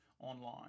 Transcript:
online